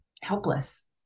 helpless